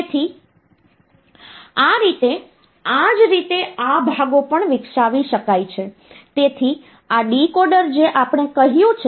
તેથી આ રીતે આ જ રીતે આ ભાગો પણ વિકસાવી શકાય છે તેથી આ ડીકોડર જે આપણે કહ્યું છે